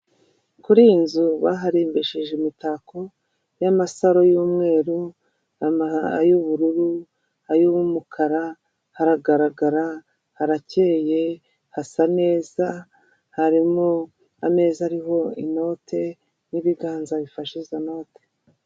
Kuri iyi nzu baharembishije imitako y'amasaro y'umweru, ay'ubururu, ay'umukara haragaragara harakeye hasa neza harimo ameza ariho inote n'ibiganza bifashe izo note.